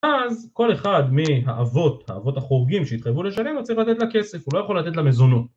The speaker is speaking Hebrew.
אז כל אחד מהאבות, האבות החורגים שהתחייבו לשלם, הוא צריך לתת לה כסף, הוא לא יכול לתת לה מזונות.